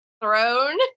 throne